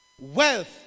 wealth